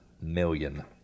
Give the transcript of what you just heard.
million